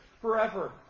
forever